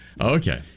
Okay